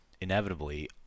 inevitably